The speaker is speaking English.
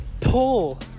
pull